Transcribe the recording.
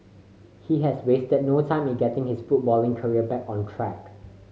he has wasted no time in getting his footballing career back on track